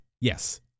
yes